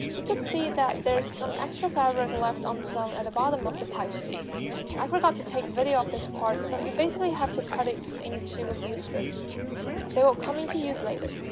you could see that there's some extra fabric left unsewn um so at the bottom of the pipe sleeve i forgot to take video of this part but you basically have to cut it into a few strips they will come into use later